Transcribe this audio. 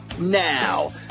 now